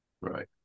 Right